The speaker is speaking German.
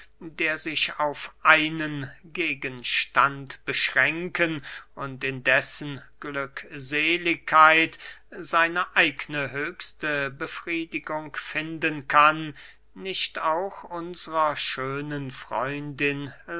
der sich auf einen gegenstand beschränken und in dessen glückseligkeit seine eigne höchste befriedigung finden kann nicht auch unsrer schönen freundin